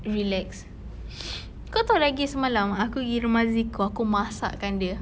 relax kau tahu lagi semalam aku pergi rumah zeko aku masakkan dia